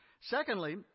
Secondly